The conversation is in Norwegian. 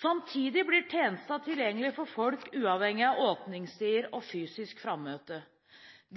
Samtidig blir tjenestene tilgjengelige for folk uavhengig av åpningstider og fysisk frammøte.